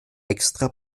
extra